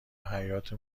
حیاطه